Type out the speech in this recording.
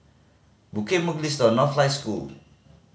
Bukit Mugliston Northlight School